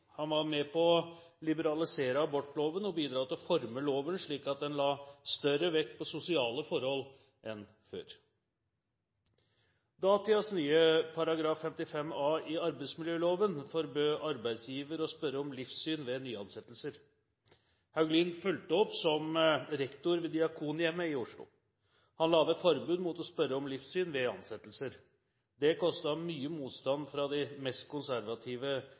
Han var med på å liberalisere abortloven og bidro til å forme loven slik at den la større vekt på sosiale forhold enn før. Datidens nye § 55 A i arbeidsmiljøloven forbød arbeidsgiver å spørre om livssyn ved nyansettelser. Hauglin fulgte opp som rektor ved Diakonhjemmet i Oslo. Han la ned forbud mot å spørre om livssyn ved ansettelser. Det kostet ham mye motstand fra de mest konservative